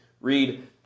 Read